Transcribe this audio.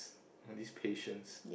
on these patients